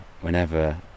whenever